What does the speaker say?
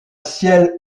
ciel